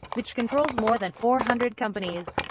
which controls more than four hundred companies.